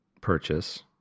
purchase